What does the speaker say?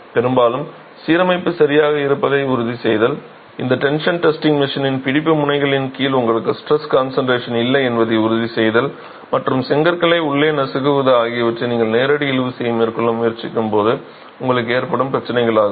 பெரும்பாலும் சீரமைப்பு சரியாக இருப்பதை உறுதிசெய்தல் இந்த டென்ஷன் டெஸ்டிங் மெஷினின் பிடிப்பு முனைகளின் கீழ் உங்களுக்கு ஸ்ட்ரெஸ் காண்சன்ட்ரேஷன் இல்லை என்பதை உறுதிசெய்தல் மற்றும் செங்கற்களை உள்ளே நசுக்குவது ஆகியவை நீங்கள் நேரடி இழுவிசையை மேற்கொள்ள முயற்சிக்கும்போது உங்களுக்கு ஏற்படும் பிரச்சனைகளாகும்